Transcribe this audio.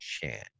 chance